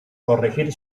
corregir